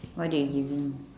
what do you give him